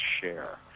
share